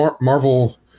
Marvel